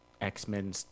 X-Men